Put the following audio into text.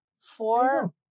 Four